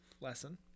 lesson